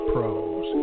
Pros